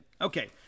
Okay